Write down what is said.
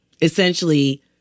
essentially